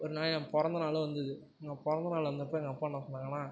ஒரு நாள் என் பிறந்த நாளும் வந்துது என் பிறந்த நாள் வந்தப்போ எங்கள் அப்பா என்ன சொன்னாங்கன்னால்